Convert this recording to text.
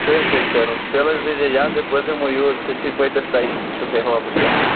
تٔتھۍ چھُ اسہ پیارُن تیٚلہِ حظ تھٲیزیٚو یادے بہٕ حظ ہیٚمو یور سلفہ پیٚٹِس تانۍ چھُ سے ہیٚوان بہٕ شےٚ ہتھ